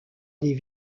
des